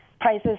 prices